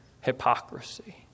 hypocrisy